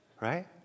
right